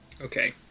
okay